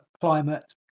climate